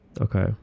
Okay